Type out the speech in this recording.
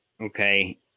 okay